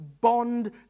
bond